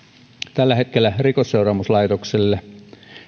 tällä hetkellä rikosseuraamuslaitokselle